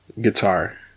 guitar